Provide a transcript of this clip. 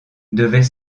devait